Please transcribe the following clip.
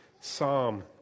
psalm